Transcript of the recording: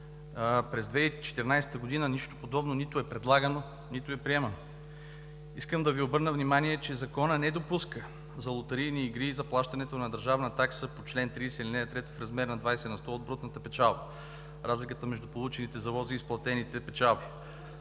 през 2014 г. нищо подобно нито е предлагано, нито е приемано. Искам да Ви обърна внимание, че Законът не допуска за лотарийни игри заплащането на държавна такса по чл. 30, ал. 3 в размер на 20% от брутната печалба – разликата между получените залози и изплатените печалби.